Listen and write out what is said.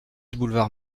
boulevard